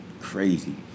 crazy